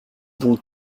donc